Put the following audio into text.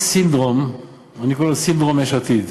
יש סינדרום, אני קורא לזה "סינדרום יש עתיד".